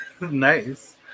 Nice